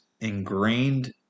ingrained